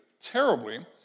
terribly